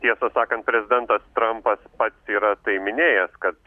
tiesą sakant prezidentas trampas pats yra tai minėjęs kad